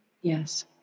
Yes